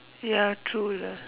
ya true lah